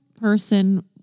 person